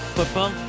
Football